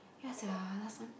ya sia last time